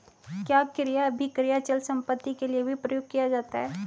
क्या क्रय अभिक्रय अचल संपत्ति के लिये भी प्रयुक्त किया जाता है?